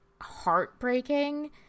heartbreaking